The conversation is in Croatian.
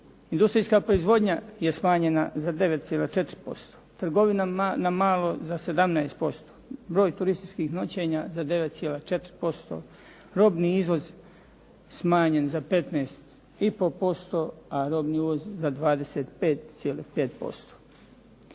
Industrijska proizvodnja je smanjena za 9,4%, trgovina na malo za 17%, broj turističkih noćenja za 9l4%, robni izvoz smanjen za 15 i pol posto, a robni uvoz za 25,5%.